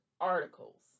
articles